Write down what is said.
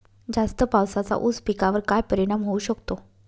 जास्त पावसाचा ऊस पिकावर काय परिणाम होऊ शकतो?